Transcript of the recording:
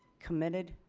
committed